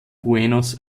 buenos